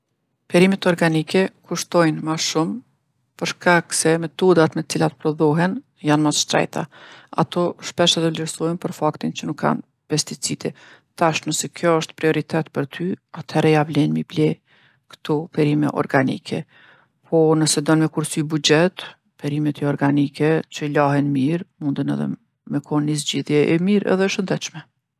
Perimet organike kushtojnë ma shumë për shkak se metodat me t'cilat prodhohen janë ma t'shtrejta. Ato shpesh edhe vlersohen për faktin që nuk kanë pesticide. Tash nëse kjo osht prioritet për ty, athere ja vlen me i ble kto perime organike, po nëse don me kursy buxhet, perimet joorganike që lahen mirë munden edhe me konë ni zgjidjhje e mirë edhe e shëndetshme.